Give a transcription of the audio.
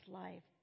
life